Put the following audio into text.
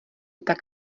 tak